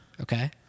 Okay